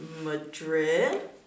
Madrid